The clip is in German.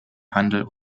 handel